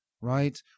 right